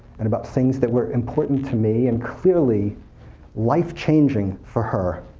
and about things that were important to me and clearly life changing for her.